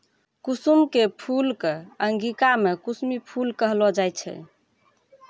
कुसुम के फूल कॅ अंगिका मॅ कुसमी फूल कहलो जाय छै